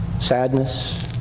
Sadness